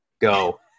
Go